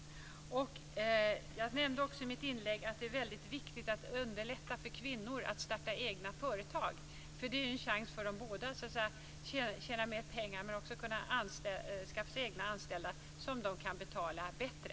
Jag nämnde i mitt inlägg också att det är väldigt viktigt att underlätta för kvinnor att starta egna företag. Det ger dem både en chans att tjäna mer pengar och att skaffa egna anställda, som de kan betala bättre.